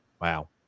Wow